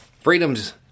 Freedom's